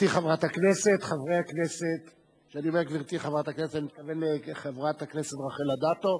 הכנסת, אני מתכוון לחברת הכנסת רחל אדטו,